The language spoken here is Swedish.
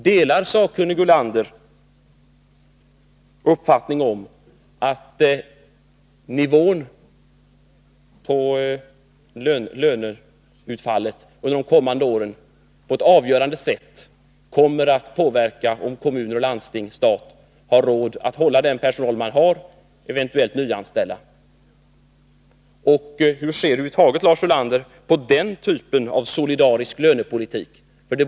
Delar sakkunnige Ulander uppfattningen att nivån på löneutfallet under de kommande åren på ett avgörande sätt kommer att påverka om kommuner, landsting och stat har råd att hålla den personal man har och eventuellt nyanställa? Och hur ser över huvud taget Lars Ulander på den typen av solidarisk lönepolitik?